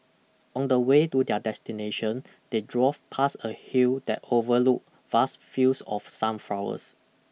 On the way to their destination they drove past a hill that overlooked vast fields of sunflowers